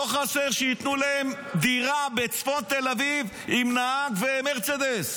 לא חסר שייתנו להם דירה בצפון תל אביב עם נהג ומרצדס.